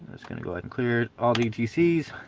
it's gonna go ahead and clear all dtc's